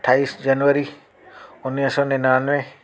अठावीह जनवरी उणिवीह सौ निनानवे